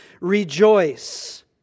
rejoice